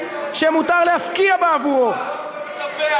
בתושבי מדינת ישראל ביהודה ושומרון כתושבי האזור.